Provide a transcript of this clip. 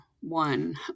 One